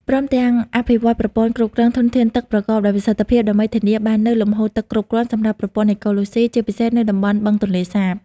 ព្រមទាំង អភិវឌ្ឍប្រព័ន្ធគ្រប់គ្រងធនធានទឹកប្រកបដោយប្រសិទ្ធភាព ដើម្បីធានាបាននូវលំហូរទឹកគ្រប់គ្រាន់សម្រាប់ប្រព័ន្ធអេកូឡូស៊ី ជាពិសេសនៅតំបន់បឹងទន្លេសាប។